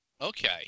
Okay